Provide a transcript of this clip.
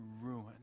ruin